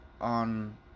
on